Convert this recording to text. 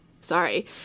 Sorry